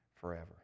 forever